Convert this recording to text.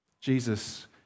Jesus